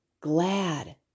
glad